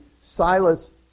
Silas